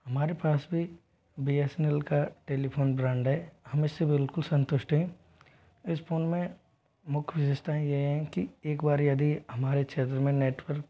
हमारे पास भी बी एस नल का टेलीफोन ब्रांड है हम इस से बिल्कुल संतुष्ट हैं इस फोन में मुख विशेषताएं यह है कि एक बार यदि हमारे क्षेत्र में नेटवर्क